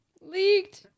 Leaked